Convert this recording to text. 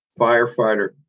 firefighter